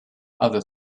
other